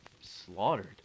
slaughtered